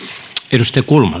arvoisa